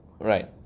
Right